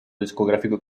discográfico